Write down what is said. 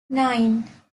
nine